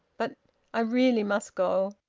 but i really must go.